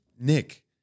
Nick